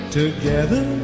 together